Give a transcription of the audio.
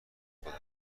خودم